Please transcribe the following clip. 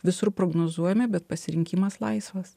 visur prognozuojami bet pasirinkimas laisvas